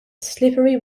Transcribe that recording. slippery